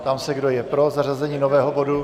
Ptám se, kdo je pro zařazení nového bodu?